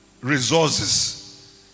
Resources